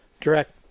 direct